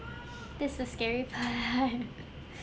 that's the scary part